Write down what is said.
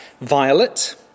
violet